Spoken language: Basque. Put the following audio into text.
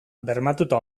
bermatuta